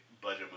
budget